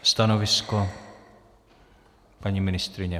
Stanovisko, paní ministryně?